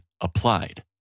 applied